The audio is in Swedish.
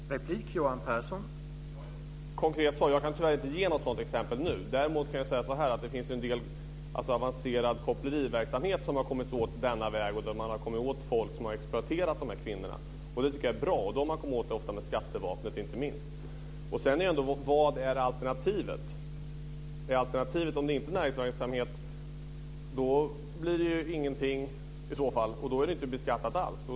Herr talman! Jag har ett konkret svar. Jag kan tyvärr inte ge något sådant exempel nu. Däremot kan jag säga att det finns en del avancerad koppleriverksamhet som man har kommit åt denna väg. Man har kommit åt folk som har exploaterat kvinnorna, och det tycker jag är bra. Dem har man kommit åt med skattevapnet inte minst. Vad är då alternativet? Om det inte är näringsverksamhet blir det ju inte beskattat alls.